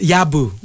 Yabu